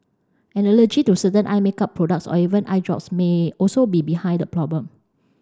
an allergy to certain eye makeup products or even eye drops may also be behind the problem